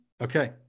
Okay